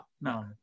no